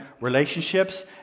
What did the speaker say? relationships